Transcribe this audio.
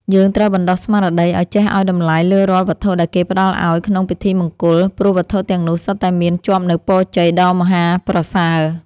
យើងត្រូវបណ្តុះស្មារតីឱ្យចេះឱ្យតម្លៃលើរាល់វត្ថុដែលគេផ្តល់ឱ្យក្នុងពិធីមង្គល ព្រោះវត្ថុទាំងនោះសុទ្ធតែមានជាប់នូវពរជ័យដ៏មហាប្រសើរ។